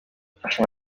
yafashe